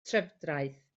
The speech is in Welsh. trefdraeth